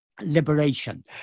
Liberation